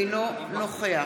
אינו נוכח